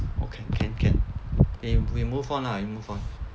orh can can can okay we move on lah we move on so like ugh